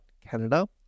Canada